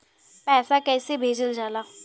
पैसा कैसे भेजल जाला?